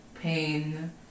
pain